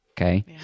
okay